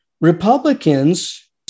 Republicans